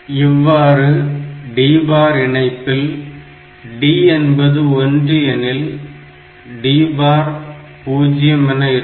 இவ்வாறு D bar இணைப்பில் D என்பது 1 எனில் D பார் 0 என இருக்கும்